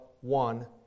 one